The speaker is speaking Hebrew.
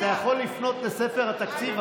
אתה יכול לפנות לספר התקציב,